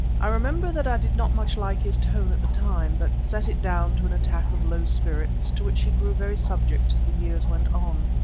i remember that i did not much like his tone at the time, but set it down to an attack of low spirits, to which he grew very subject as the years went on.